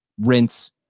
rinse